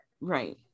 Right